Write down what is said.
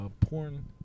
porn